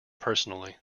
personally